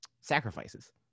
sacrifices